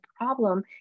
problem